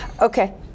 Okay